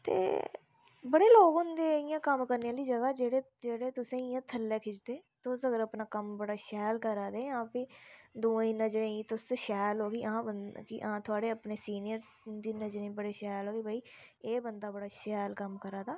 ते बड़े लोक होंदे इयां कम्म करने दी जगह जेहड़े तुसें गी इयां थल्लै खिचदे तुस अगर अपना कम्म इयां शैल करा दे जां फ्ही दूए दी नजरें गी तुस शैल ओ कि हां थुआडे अपने सिनयरस उंदी नजरा च बड़े शैल ओ ते भाई एह् बंदा बड़ा शैल कम्म करा दा